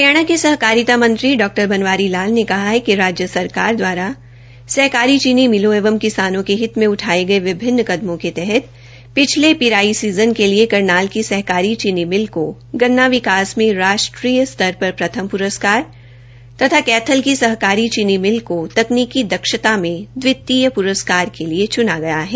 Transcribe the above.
हरियाणा के सहकारिता मंत्री डॉ बनवारी लाल ने कहा है कि राज्य सरकार दवारा सहकारी चीनी मिलों एवं किसानों के हित में उठाए गए विभिन्न कदमों के तहत पिछले पिराई सीजन के लिए करनाल की सहकारी चीनी मिल को गन्ना विकास में राष्ट्रीय स्तर पर प्रथम प्रस्कार तथा कैथल की सहकारी चीनी मिल को तकनीकी दक्षता में दवितीय प्रस्कार के लिए चुना गया है